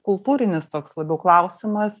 kultūrinis toks labiau klausimas